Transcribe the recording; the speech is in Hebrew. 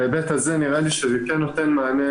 בהיבט הזה נראה לי שזה כן נותן מענה